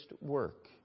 work